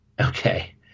Okay